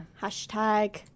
hashtag